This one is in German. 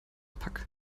pack